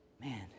Man